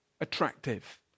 attractive